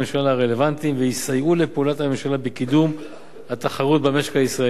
הרלוונטיים ויסייעו לפעולת הממשלה בקידום התחרות במשק הישראלי.